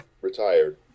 retired